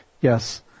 Yes